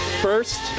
First